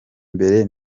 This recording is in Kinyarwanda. mbere